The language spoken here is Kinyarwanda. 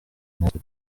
natwe